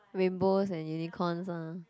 rainbows and unicorns ah